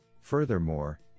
Furthermore